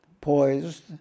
poised